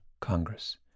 Congress